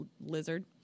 lizard